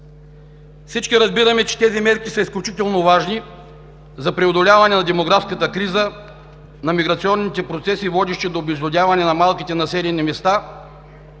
Всички разбираме, че тези мерки са изключително важни за преодоляване на демографската криза, на миграционните процеси, водещи до обезлюдяване на малките населени места